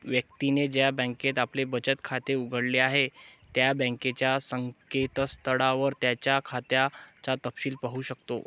व्यक्तीने ज्या बँकेत आपले बचत खाते उघडले आहे त्या बँकेच्या संकेतस्थळावर त्याच्या खात्याचा तपशिल पाहू शकतो